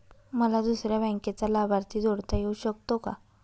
मला दुसऱ्या बँकेचा लाभार्थी जोडता येऊ शकतो का?